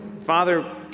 Father